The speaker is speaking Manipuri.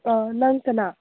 ꯅꯪ ꯀꯅꯥ